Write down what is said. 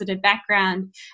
background